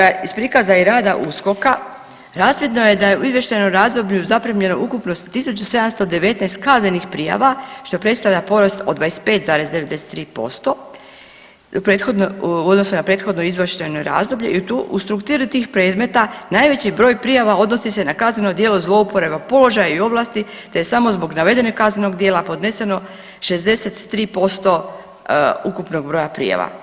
Ali zapravo iz prikaza i rada USKOK-a razvidno je da je u izvještajnom razdoblju zaprimljeno ukupno 1.719 kaznenih prijava, što predstavlja porast od 25,93% u odnosu na prethodno izvještajno razdoblje i u strukturi tih predmeta najveći broj prijava odnosi se na kazneno djelo zlouporabe položaja i ovlasti, te je samo zbog navedenog kaznenog djela podneseno 63% ukupnog broja prijava.